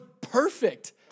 perfect